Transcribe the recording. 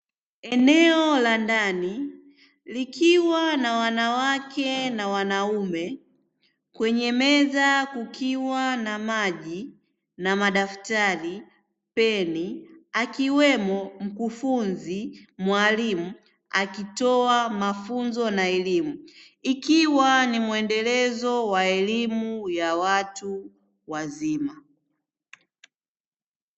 Eneo la ndani likiwa na wanawake na wanaume; kwenye meza kukiwa na: maji, na madaftari, peni; akiwemo mkufunzi mwalimu akitoa mafunzo na elimu, ikiwa ni mwendelezo wa elimu ya watu wazima.